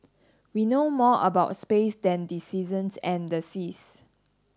we know more about space than the seasons and the seas